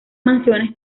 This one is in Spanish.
mansiones